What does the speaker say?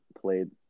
played –